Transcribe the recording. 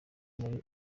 muri